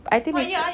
I think between